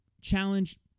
challenge